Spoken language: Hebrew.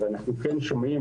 אנחנו כן שומעים,